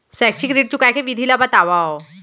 शैक्षिक ऋण चुकाए के विधि ला बतावव